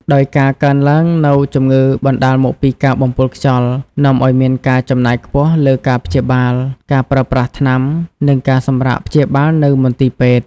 ដោយការកើនឡើងនូវជំងឺបណ្ដាលមកពីការបំពុលខ្យល់នាំឱ្យមានការចំណាយខ្ពស់លើការព្យាបាល ការប្រើប្រាស់ថ្នាំ និងការសម្រាកព្យាបាលនៅមន្ទីរពេទ្យ។